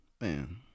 Man